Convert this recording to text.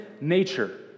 nature